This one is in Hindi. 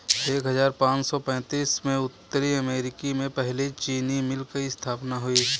एक हजार पाँच सौ पैतीस में उत्तरी अमेरिकी में पहली चीनी मिल की स्थापना हुई